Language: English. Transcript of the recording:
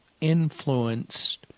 influenced –